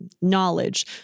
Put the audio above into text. knowledge